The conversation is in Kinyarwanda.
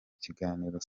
kiganiro